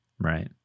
Right